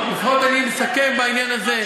לפחות אני מסכם בעניין הזה.